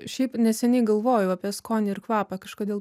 šiaip neseniai galvojau apie skonį ir kvapą kažkodėl